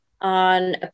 on